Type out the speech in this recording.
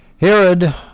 Herod